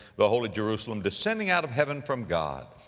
the holy jerusalem descending out of heaven from god,